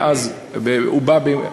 ואז הוא בא, אמת.